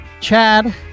Chad